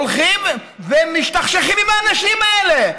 הולכים ומשתכשכים עם האנשים האלה,